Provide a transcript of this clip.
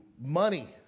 money